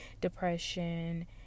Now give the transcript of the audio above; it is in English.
depression